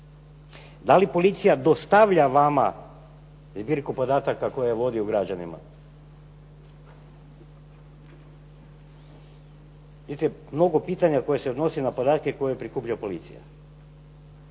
Da li policija dostavlja vama zbirku podataka koje vodi o građanima? Niti je mnogo pitanja koji se odnose na podatke koje prikuplja policija.